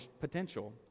potential